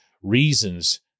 reasons